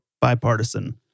bipartisan